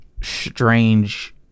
strange